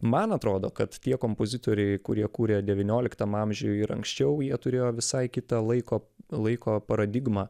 man atrodo kad tie kompozitoriai kurie kūrė devynioliktam amžiuj ir anksčiau jie turėjo visai kitą laiko laiko paradigmą